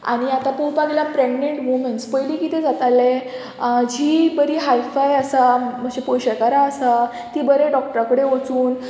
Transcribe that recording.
आनी आतां पळोवपाक गेल्यार प्रेग्नेट वुमन्स पयलीं कितें जातालें जीं बरी हायफाय आसा मातशी पोयशेकारां आसा तीं बरे डॉक्टरा कडेन वचून